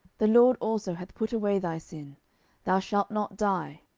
the lord also hath put away thy sin thou shalt not die.